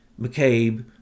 McCabe